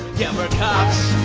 yeah we're cops